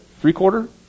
Three-quarter